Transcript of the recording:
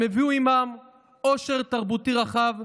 הם הביאו עימם עושר תרבותי רחב,